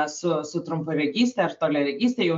su su trumparegyste ar toliaregyste jau